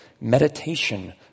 Meditation